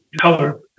color